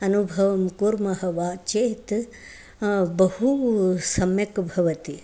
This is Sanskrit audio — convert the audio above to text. अनुभवं कुर्मः वा चेत् बहु सम्यक् भवति